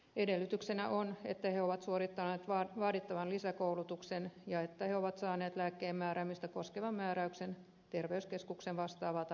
edellytyksenä on että he ovat suorittaneet vaadittavan lisäkoulutuksen ja että he ovat saaneet lääkkeen määräämistä koskevan määräyksen terveyskeskuksen vastaavalta lääkäriltä